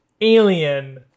alien